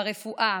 ברפואה,